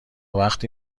وقتی